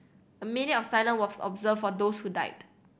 a minute of silence was observed for those who died